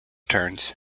turns